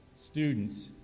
students